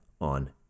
on